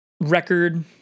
record